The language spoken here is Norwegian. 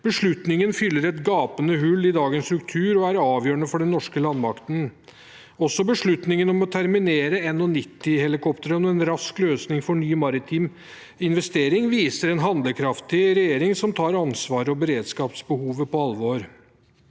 Beslutningen fyller et gapende hull i dagens struktur og er avgjørende for den norske landmakten. Også beslutningen om å terminere NH90-helikoptrene og en rask løsning for ny maritim investering viser en handlekraftig regjering som tar ansvaret og beredskapsbehovet på alvor.